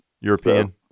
European